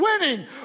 winning